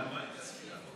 אילן, מה עם תזכיר חוק?